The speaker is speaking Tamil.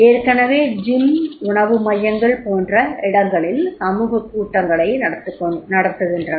ஏற்கெனவே ஜிம் உணவு மையங்கள் போன்ற இடங்களில்சமூகக் கூட்டங்களைக் நடத்துகின்றன